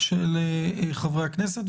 של חברי הכנסת.